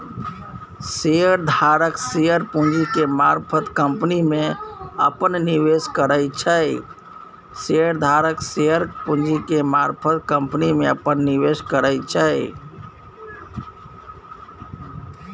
share धारक share पूंजी के मारफत कंपनी में अप्पन निवेश करै छै